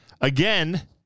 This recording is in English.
again